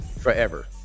forever